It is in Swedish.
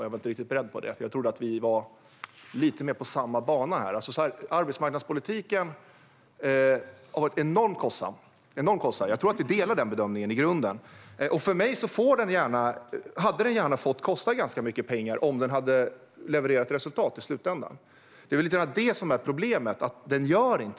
Jag var inte riktigt beredd på detta, för jag trodde att vi var lite mer på samma bana. Arbetsmarknadspolitiken har varit enormt kostsam. Jag tror att vi delar den bedömningen i grunden. För mig hade den gärna fått kosta ganska mycket pengar om den hade levererat resultat i slutändan. Problemet är att den inte gör det.